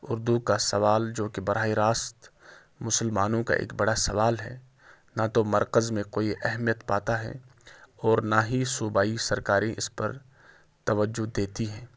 اردو کا سوال جوکہ براہ راست مسلمانوں کا ایک بڑا سوال ہے نہ تو مرکز میں کوئی اہمیت پاتا ہے اور نہ ہی صوبائی سرکاریں اس پر توجہ دیتی ہیں